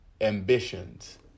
ambitions